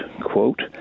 quote